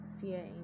fear